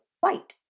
white